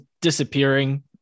disappearing